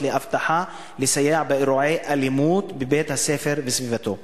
לאבטחה לסייע באירועי אלימות בבית-הספר וסביבתו.